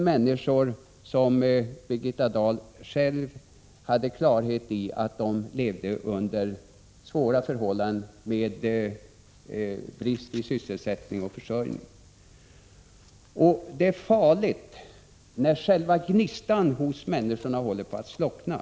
Birgitta Dahl har själv klart för sig att dessa människor lever under svåra förhållanden med brist på sysselsättning och försörjningsmöjligheter. Det är farligt när själva gnistan hos människorna håller på att slockna.